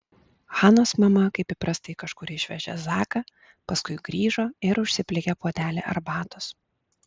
hanos mama kaip įprastai kažkur išvežė zaką paskui grįžo ir užsiplikė puodelį arbatos